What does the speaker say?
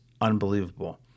unbelievable